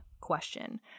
question